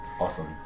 Awesome